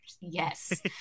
Yes